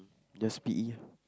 just P_E ah